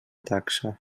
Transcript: taxa